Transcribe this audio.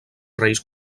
reis